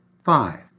Five